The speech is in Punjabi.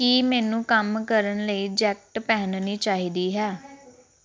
ਕੀ ਮੈਨੂੰ ਕੰਮ ਕਰਨ ਲਈ ਜੈਕਟ ਪਹਿਨਣੀ ਚਾਹੀਦੀ ਹੈ